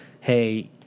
Hey